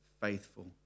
faithful